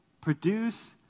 produce